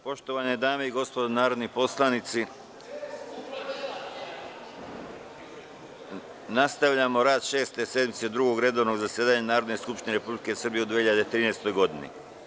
Poštovane dame i gospodo narodni poslanici, nastavljamo rad Šeste sednice Drugog redovnog zasedanja Narodne skupštine Republike Srbije u 2013. godini.